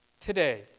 Today